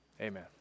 Amen